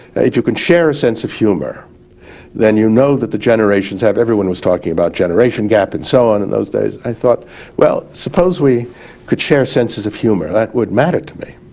if you can share a sense of humor then you know that the generations have, everyone was talking about generation gap and so on in those days, i thought well, suppose we could share senses of humor that would matter to me,